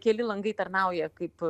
keli langai tarnauja kaip